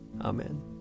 Amen